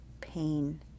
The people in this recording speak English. pain